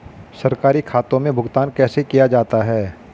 सरकारी खातों में भुगतान कैसे किया जाता है?